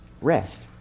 rest